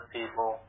people